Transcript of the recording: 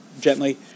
gently